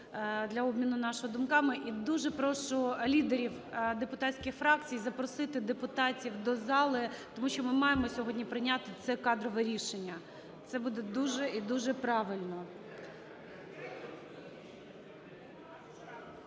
дуже прошу лідерів депутатських фракцій запросити депутатів до зали, тому що ми маємо сьогодні прийняти це кадрове рішення. Це буде дуже і дуже правильно.